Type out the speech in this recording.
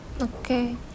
Okay